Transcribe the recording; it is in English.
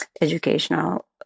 educational